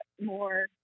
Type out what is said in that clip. more